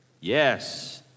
yes